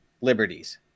liberties